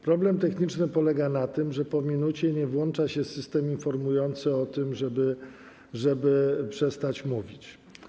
Problem techniczny polega na tym, że po 1 minucie nie włącza się system informujący o tym, żeby przestać mówić.